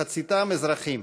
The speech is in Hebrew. מחציתם אזרחים,